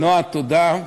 נועה, תודה.